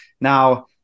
now